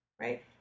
right